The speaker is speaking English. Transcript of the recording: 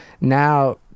now